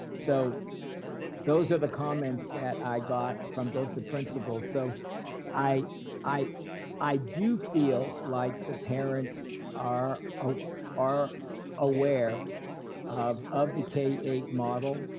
so those are the comments that i got from both the principals. so i i do feel like the parents are ah ah are aware of of the k eight model.